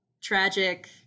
tragic